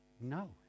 no